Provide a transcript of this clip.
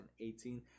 2018